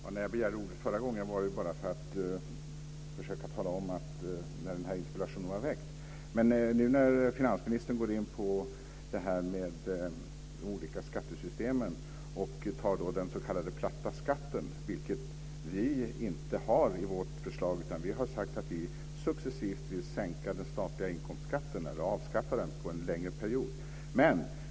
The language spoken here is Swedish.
Herr talman! När jag begärde ordet förra gången var det för att försöka tala om när den här interpellationen var väckt. Nu går finansministern in på det här med olika skattesystem och tar upp den s.k. platta skatten, vilket vi inte har i vårt förslag. Vi har sagt att vi successivt vill sänka den statliga inkomstskatten eller avskaffa den under en längre period.